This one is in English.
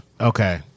okay